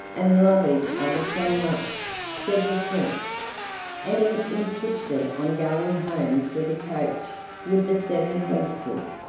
and love each other so much, said the prince and he insisted on going home for the coach with the seven horses,